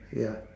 ya